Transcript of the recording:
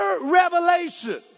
revelation